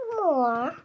more